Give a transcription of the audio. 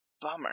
bummer